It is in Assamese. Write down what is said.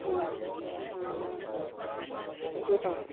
অঁ পুখুৰী পাৰত